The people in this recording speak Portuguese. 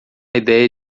ideia